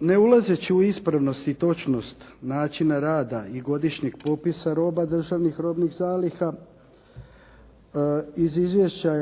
Ne ulazeći u ispravnost i točnost načina rada i godišnjeg popisa roba državnih robnih zaliha iz izvješća